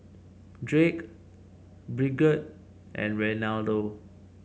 Drake Bridgett and Reinaldo